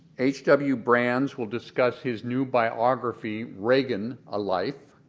h w. brands will discuss his new biography, reagan a life.